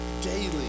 daily